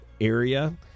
area